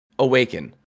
awaken